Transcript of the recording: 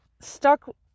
stuck